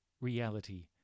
reality